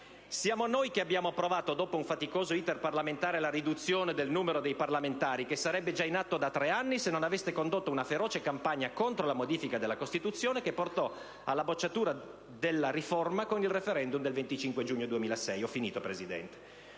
Siamo noi che abbiamo approvato dopo un faticoso *iter* parlamentare la riduzione del numero dei parlamentari, che sarebbe già in atto da tre anni se non aveste condotto una feroce campagna contro la modifica della Costituzione, che portò alla bocciatura della riforma con il *referendum* del 25 giugno 2006. Oggi, per